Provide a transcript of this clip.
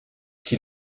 qu’il